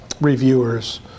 reviewers